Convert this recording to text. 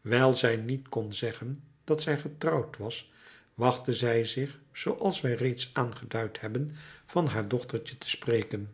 wijl zij niet kon zeggen dat zij getrouwd was wachtte zij zich zooals wij reeds aangeduid hebben van haar dochtertje te spreken